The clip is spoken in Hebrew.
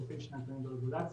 גופים שיש להם את הרגולציות,